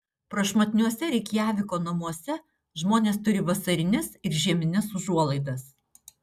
prašmatniuose reikjaviko namuose žmonės turi vasarines ir žiemines užuolaidas